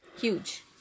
huge